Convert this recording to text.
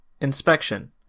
Inspection